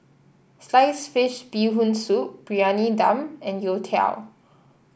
Sliced Fish Bee Hoon Soup Briyani Dum and Youtiao